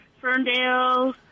Ferndale